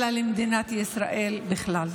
אלא למדינת ישראל בכלל.